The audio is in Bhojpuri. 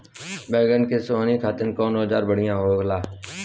बैगन के सोहनी खातिर कौन औजार बढ़िया होला?